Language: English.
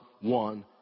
one